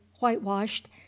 whitewashed